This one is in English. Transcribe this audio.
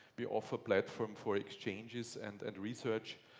we offer platform for exchanges and and research.